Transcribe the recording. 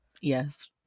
Yes